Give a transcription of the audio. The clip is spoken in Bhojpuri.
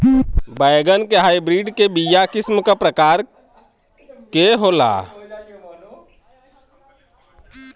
बैगन के हाइब्रिड के बीया किस्म क प्रकार के होला?